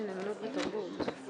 יכול להיות שאתה תעביר ולא